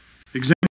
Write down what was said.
Example